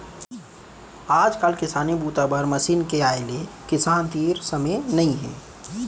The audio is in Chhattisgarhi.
आजकाल किसानी बूता बर मसीन के आए ले किसान तीर समे नइ हे